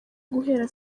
guhera